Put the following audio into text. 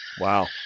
Wow